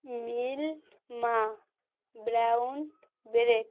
মিল মা brown bread